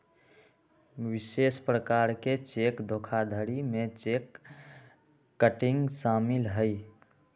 विशेष प्रकार के चेक धोखाधड़ी में चेक किटिंग शामिल हइ